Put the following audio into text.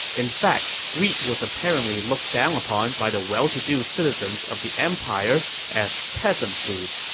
in fact, wheat was apparently looked down upon by the well-to-do citizens of the empire as peasant food.